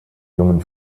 jungen